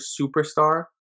superstar